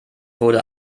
wurde